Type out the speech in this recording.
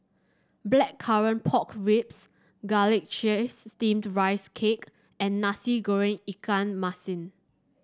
Blackcurrant Pork Ribs Garlic Chives Steamed Rice Cake and Nasi Goreng Ikan Masin